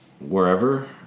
wherever